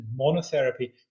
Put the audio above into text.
monotherapy